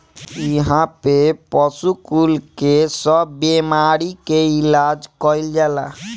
इहा पे पशु कुल के सब बेमारी के इलाज कईल जाला